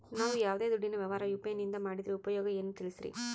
ನಾವು ಯಾವ್ದೇ ದುಡ್ಡಿನ ವ್ಯವಹಾರ ಯು.ಪಿ.ಐ ನಿಂದ ಮಾಡಿದ್ರೆ ಉಪಯೋಗ ಏನು ತಿಳಿಸ್ರಿ?